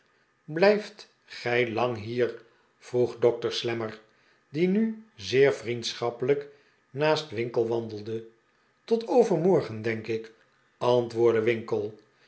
blijft gij lang hier vroeg dokter slammer die nu zeer vriendschappelijk naast winkle wandelde tot overmorgen denk ik antwoordde winkle